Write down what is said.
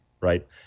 right